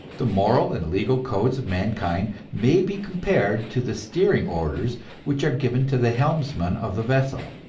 the moral and legal codes of mankind may be compared to the steering orders which are given to the helmsman of the vessel.